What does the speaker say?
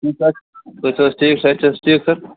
ٹھیٖک حظ أس حظ ٹھیٖک صحت چھِ حظ ٹھیٖک سَر